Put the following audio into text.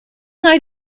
night